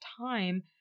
time